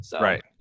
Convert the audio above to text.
Right